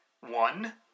one